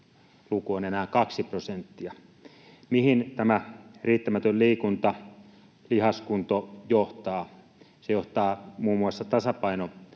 luku on enää 2 prosenttia. Mihin tämä riittämätön liikunta, lihaskunto johtaa? Se johtaa muun muassa tasapaino-ongelmiin,